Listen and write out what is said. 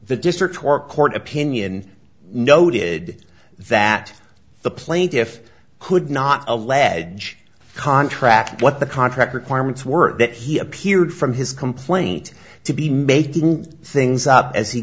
the district or court opinion noted that the plaintiff could not allege contract what the contract requirements were that he appeared from his complaint to be making things up as he